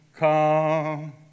Come